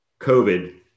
COVID